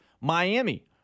Miami